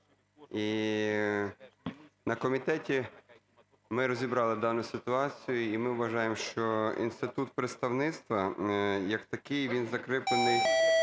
І на комітеті ми розібрали дану ситуацію, і ми вважаємо, що інститут представництва як такий він закріплений